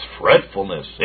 fretfulness